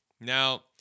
Now